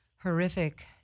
horrific